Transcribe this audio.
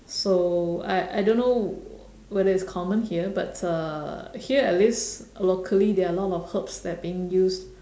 so I I don't know whether it's common here but uh here at least locally there are a lot of herbs that being used